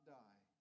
die